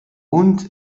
und